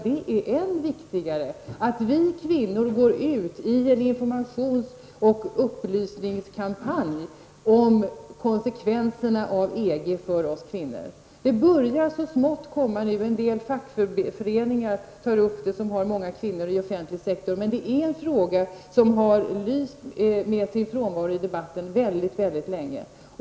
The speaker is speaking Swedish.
Det är än viktigare att vi kvinnor går ut i en informations och upplysningskampanj om EGs konsekvenser för oss kvinnor. Det börjar så smått komma nu. En del fackföreningar som har många kvinnor i den offentliga sektorn tar upp det. Men det är en fråga som har lyst med sin frånvaro i debatten mycket mycket länge.